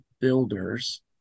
builders